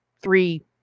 three